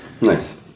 Nice